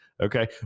Okay